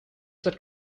that